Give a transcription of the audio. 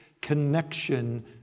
connection